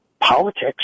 politics